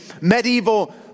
medieval